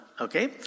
Okay